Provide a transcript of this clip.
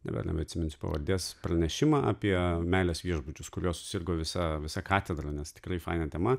dabar neatsiminsiu pavardės pranešimą apie meilės viešbučius kuriuo susirgo visa visa katedra nes tikrai faina tema